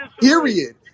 Period